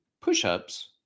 push-ups